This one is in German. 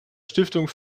stiftung